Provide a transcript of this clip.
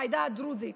בעדה הדרוזית.